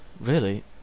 really